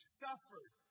suffered